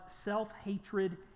self-hatred